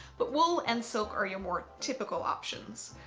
but wool and silk are your more typical options.